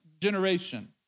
generation